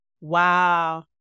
Wow